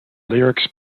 lyrics